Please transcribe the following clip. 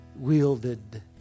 wielded